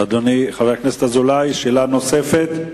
אדוני חבר הכנסת אזולאי, שאלה נוספת?